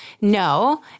no